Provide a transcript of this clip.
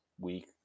week